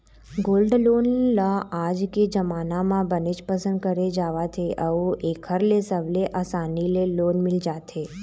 gold loan ल आज के जमाना म बनेच पसंद करे जावत हे अउ एखर ले सबले असानी ले लोन मिल जाथे